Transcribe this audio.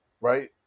right